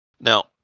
Now